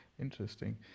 interesting